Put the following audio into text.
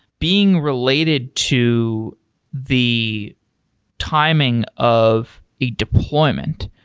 being related to the timing of a deployment.